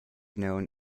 known